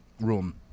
room